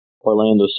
Orlando